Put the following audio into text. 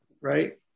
right